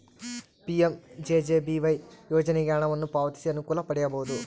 PMJJBY ಯೋಜನೆಗೆ ಹಣವನ್ನು ಪಾವತಿಸಿ ಅನುಕೂಲ ಪಡೆಯಬಹುದು